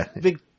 big